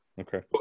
okay